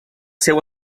seu